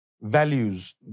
values